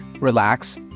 relax